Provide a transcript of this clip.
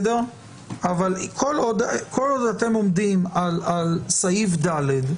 כל עוד אתם עומדים על סעיף (ד),